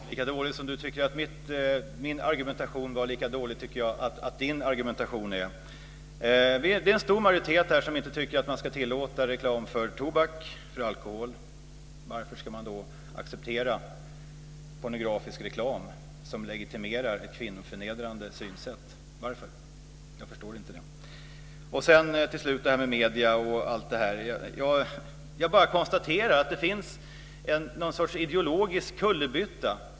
Fru talman! Lika dålig som Bo Könberg tycker att min argumentation är tycker jag att Bo Könbergs argumentation är. Det är en stor majoritet här som inte tycker att man ska tillåta reklam för tobak och alkohol. Varför ska man då acceptera pornografisk reklam som legitimerar ett kvinnoförnedrande synsätt? Varför? Jag förstår inte det. När det till slut gäller det här med medier konstaterar jag bara att det är någon sorts ideologisk kullerbytta.